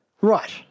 right